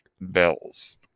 bells